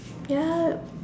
yup